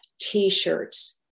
t-shirts